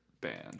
band